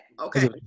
Okay